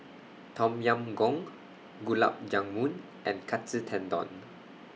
Tom Yam Goong Gulab Jamun and Katsu Tendon